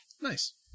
Nice